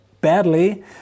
badly